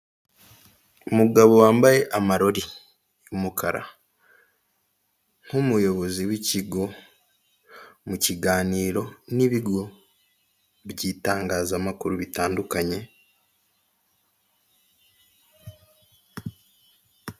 Umugabo wambaye amarori y'umukara, nk'umuyobozi w'ikigo mu kiganiro n'ibigo by'itangazamakuru bitandukanye.